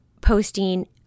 posting